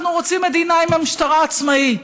אנחנו רוצים מדינה עם משטרה עצמאית,